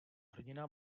hrdina